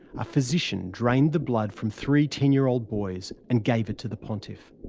a physician drained the blood from three ten year old boys and gave it to the pontiff.